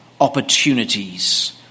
opportunities